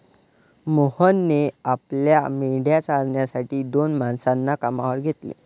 मोहनने आपल्या मेंढ्या चारण्यासाठी दोन माणसांना कामावर घेतले